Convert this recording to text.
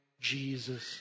Jesus